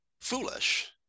foolish